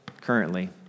currently